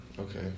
Okay